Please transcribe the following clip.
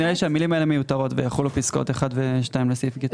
נראה לי שהמילים האלה מיותרות "יחולו פסקאות (1) ו-(2) לסעיף קטן (ג)".